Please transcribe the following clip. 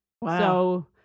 Wow